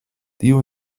tio